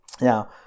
Now